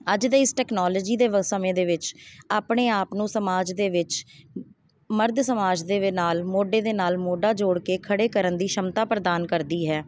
ਅੱਜ ਦੇ ਇਸ ਟੈਕਨੋਲੋਜੀ ਦੇ ਵ ਸਮੇਂ ਦੇ ਵਿੱਚ ਆਪਣੇ ਆਪ ਨੂੰ ਸਮਾਜ ਦੇ ਵਿੱਚ ਮਰਦ ਸਮਾਜ ਦੇ ਨਾਲ ਮੋਢੇ ਦੇ ਨਾਲ ਮੋਢਾ ਜੋੜ ਕੇ ਖੜ੍ਹੇ ਕਰਨ ਦੀ ਸ਼ਮਤਾ ਪ੍ਰਦਾਨ ਕਰਦੀ ਹੈ